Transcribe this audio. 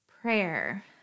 Prayer